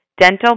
dental